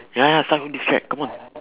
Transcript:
ya ya start your own diss track come on